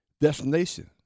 destination